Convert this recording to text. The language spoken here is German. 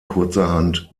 kurzerhand